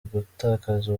ugutakaza